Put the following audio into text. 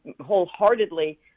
wholeheartedly